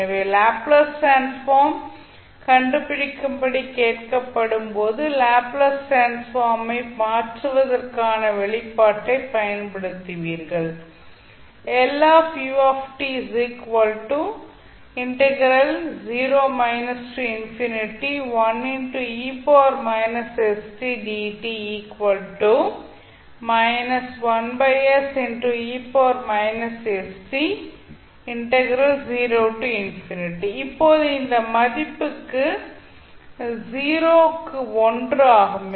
எனவே Laplace transform கண்டுபிடிக்கும்படி கேட்கப்படும் போது லாப்ளேஸ் டிரான்ஸ்ஃபார்ம் ஐ மாற்றுவதற்கான வெளிப்பாட்டைப் பயன்படுத்துவீர்கள் இப்போது இந்த மதிப்பு 0 க்கு 1 ஆகும்